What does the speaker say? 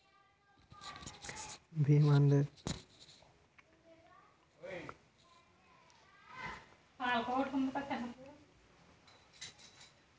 భీమా అందరికీ వరిస్తుందా? మా యెక్క ఆదాయం పెన ఆధారపడుతుందా?